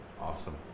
Awesome